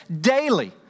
daily